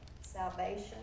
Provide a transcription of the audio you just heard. salvation